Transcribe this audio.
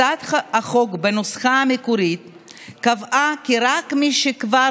הצעת החוק בנוסחה המקורי קבעה כי רק מי שכבר